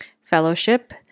Fellowship